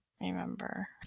Remember